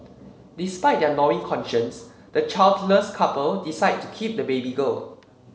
despite their gnawing conscience the childless couple decide to keep the baby girl